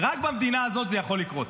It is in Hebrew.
רק במדינה הזאת זה יכול לקרות.